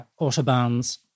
autobahns